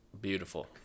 beautiful